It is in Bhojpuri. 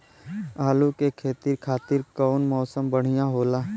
आलू के खेती खातिर कउन मौसम बढ़ियां होला?